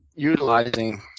utilizing